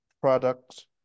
product